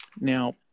Now